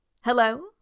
Hello